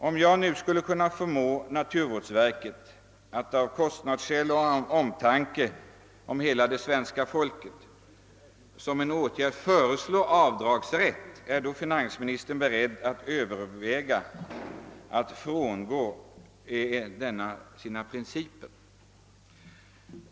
Om jag då skulle kunna förmå naturvårdsverket att av kostnadsskäl och av omtanke om hela svenska folket som en åtgärd föreslå avdragsrätt, är finansministern då beredd att överväga att frångå sina principer?